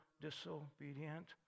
disobedient